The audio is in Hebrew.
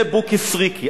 זה בוקי סריקי.